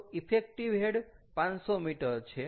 તો effective head 500 m છે